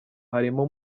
harimo